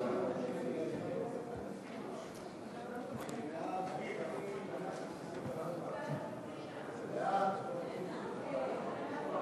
חוק הנוער (טיפול והשגחה) (תיקון מס' 22),